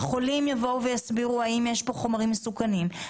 החולים יבואו ויסבירו האם יש פה חומרים מסוכנים,